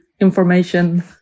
information